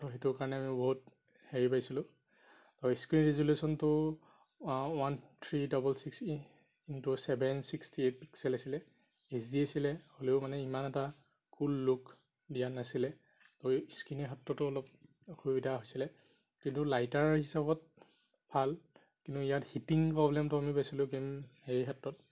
ত' সেইটো কাৰণে বহুত হেৰি পাইছিলোঁ আৰু স্ক্ৰীণ ৰিজলিউচনটো one three double six into seven sixty eight pixel আছিলে এইচ ডি আছিলে হ'লেও মানে ইমান এটা কুল লুক দিয়া নাছিলে ত' স্ক্ৰীণ অলপ অসুবিধা হৈছিলে কিন্তু লাইটাৰ হিচাবত ভাল কিন্তু ইয়াত হিটিং প্ৰব্লেমটো আমি পাইছিলোঁ সেইক্ষেত্ৰত